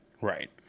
right